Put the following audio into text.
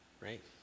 right